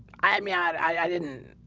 i i mean i i i didn't